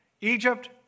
Egypt